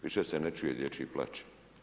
Više se ne čuje dječji plač.